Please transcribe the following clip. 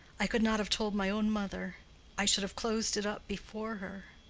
i could not have told my own mother i should have closed it up before her.